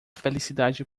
felicidade